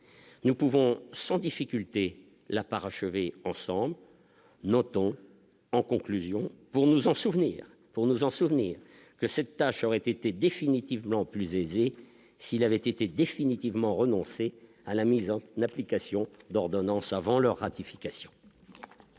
nous pouvons sans difficulté la parachever ensemble notons en conclusion pour nous en souvenir pour nous en souvenir que cette tâche aurait été définitivement plus aisée, s'il avait été définitivement renoncé à la mise en une application l'ordonnance avant leur ratification.